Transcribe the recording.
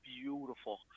beautiful